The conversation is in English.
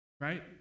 right